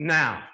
now